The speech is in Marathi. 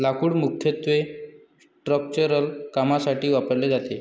लाकूड मुख्यत्वे स्ट्रक्चरल कामांसाठी वापरले जाते